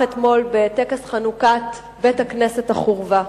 אתמול בטקס חנוכת בית-הכנסת "החורבה",